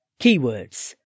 Keywords